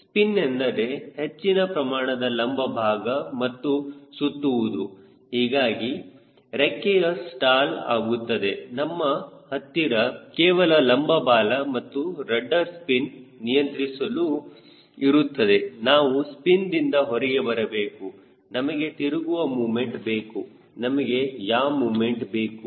spin ಎಂದರೆ ಹೆಚ್ಚಿನ ಪ್ರಮಾಣದ ಲಂಬ ಭಾಗ ಮತ್ತು ಸುತ್ತುವುದು ಹೀಗಾಗಿ ರೆಕ್ಕೆಯು ಸ್ಟಾಲ್ ಆಗುತ್ತದೆ ನಮ್ಮ ಹತ್ತಿರ ಕೇವಲ ಲಂಬ ಬಾಲ ಮತ್ತು ರಡ್ಡರ್ ಸ್ಪಿನ್ ನಿಯಂತ್ರಿಸಲು ಇರುತ್ತದೆ ನಾವು ಸ್ಪಿನ್ದಿಂದ ಹೊರಗೆ ಬರಬೇಕು ನಮಗೆ ತಿರುಗುವ ಮೊಮೆಂಟ್ ಬೇಕು ನಮಗೆ ಯಾ ಮೊಮೆಂಟ್ ಬೇಕು